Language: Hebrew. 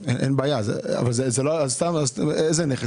איזה נכס?